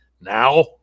now